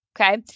Okay